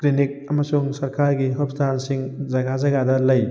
clinic ꯑꯃꯁꯨꯡ ꯁꯔꯀꯥꯔꯒꯤ ꯍꯣꯁꯄꯤꯇꯥꯜꯁꯤꯡ ꯖꯒꯥ ꯖꯒꯥꯗ ꯂꯩ